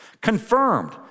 confirmed